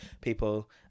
people